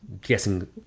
guessing